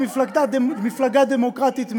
מפלגה דמוקרטית מאוד,